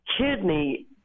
kidney